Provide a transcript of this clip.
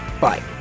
Bye